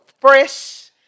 fresh